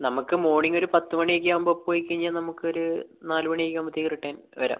നമുക്ക് മോർണിംഗ് ഒരു പത്തുമണി ഒക്കെ ആകുമ്പം പോയിക്കഴിഞ്ഞാൽ നമുക്കൊരു നാല് മണിയൊക്കെ ആകുമ്പോഴത്തേക്ക് റിട്ടേൺ വരാം